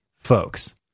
folks